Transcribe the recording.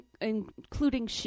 including